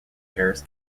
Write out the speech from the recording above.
harris